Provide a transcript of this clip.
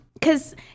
cause